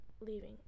leaving